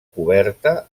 coberta